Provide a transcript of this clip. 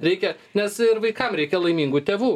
reikia nes ir vaikam reikia laimingų tėvų